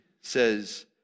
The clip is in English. says